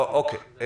אוקיי.